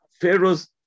pharaoh's